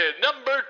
number